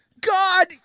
God